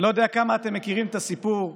אני לא יודע כמה אתם מכירים את הסיפור,